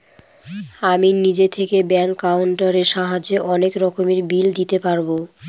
আমি নিজে থেকে ব্যাঙ্ক একাউন্টের সাহায্যে অনেক রকমের বিল দিতে পারবো